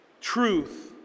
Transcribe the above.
truth